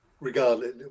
Regardless